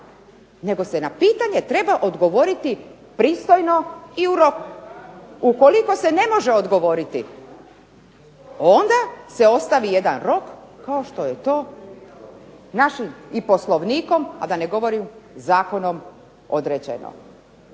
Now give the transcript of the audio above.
nego se na pitanje treba odgovoriti pristojno i u roku. Ukoliko se ne može odgovoriti onda se ostavi jedan rok kao što je to našim i Poslovnikom, a da ne govorim zakonom određeno.